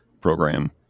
program